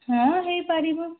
ହଁ ହୋଇପାରିବ